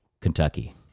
Kentucky